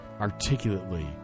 articulately